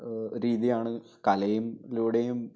രീതിയാണ് കലയിലൂടെയും